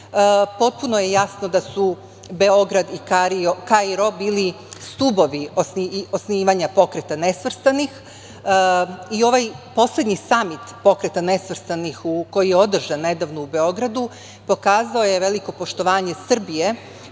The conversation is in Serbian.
Potpuno je jasno da su Beograd i Kairo bili stubovi osnivanja Pokreta nesvrstanih i ovaj poslednji samit Pokreta nesvrstanih koji je održan nedavno u Beogradu, pokazao je veliko poštovanje Srbije